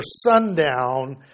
sundown